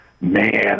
Man